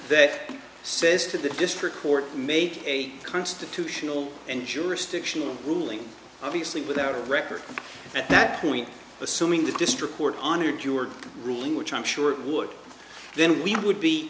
that says to the district court made a constitutional and jurisdictional ruling obviously without a record at that point assuming the district court on your cured ruling which i'm sure would then we would be